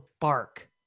bark